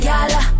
Gala